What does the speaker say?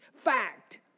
fact